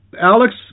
Alex